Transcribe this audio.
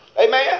Amen